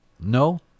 No